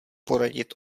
poradit